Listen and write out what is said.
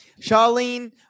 Charlene